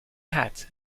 hat